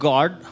God